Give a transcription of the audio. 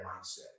mindset